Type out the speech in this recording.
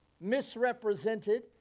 misrepresented